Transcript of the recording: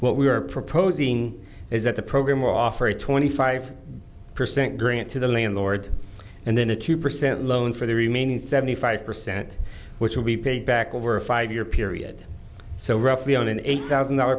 what we are proposing is that the program will offer a twenty five percent grant to the landlord and then a q percent loan for the remaining seventy five percent which will be paid back over a five year period so roughly on an eight thousand dollar